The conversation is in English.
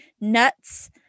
Nuts